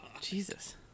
Jesus